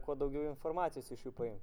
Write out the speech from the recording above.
kuo daugiau informacijos iš jų paimt